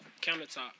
countertop